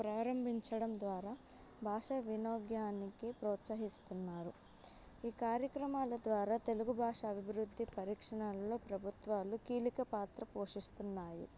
ప్రారంభించడం ద్వారా భాష వినోగ్యానికి ప్రోత్సహిస్తున్నారు ఈ కార్యక్రమాల ద్వారా తెలుగు భాష అభివృద్ధి పరీక్షణాలలో ప్రభుత్వాలు కీలిక పాత్ర పోషిస్తున్నాయి